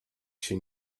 się